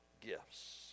gifts